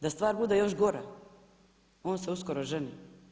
Da stvar bude još gora, on se uskoro ženi.